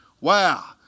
Wow